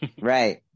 Right